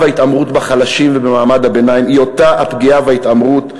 וההתעמרות בחלשים ובמעמד הביניים הן אותן פגיעה והתעמרות,